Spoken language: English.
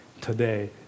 today